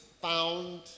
found